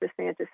DeSantis